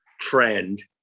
trend